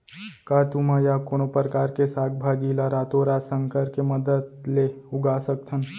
का तुमा या कोनो परकार के साग भाजी ला रातोरात संकर के मदद ले उगा सकथन?